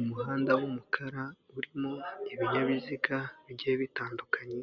Umuhanda w'umukara urimo ibinyabiziga bigiye bitandukanye,